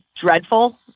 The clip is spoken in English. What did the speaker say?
dreadful